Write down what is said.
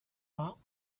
all